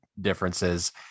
differences